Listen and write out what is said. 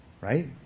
right